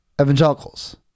evangelicals